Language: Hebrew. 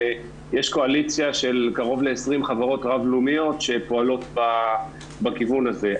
ויש קואליציה של קרוב ל-20 חברות רב לאומיות שפועלות בכיוון הזה.